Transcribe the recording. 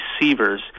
receivers